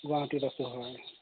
গুৱাহাটীত আছোঁ হয়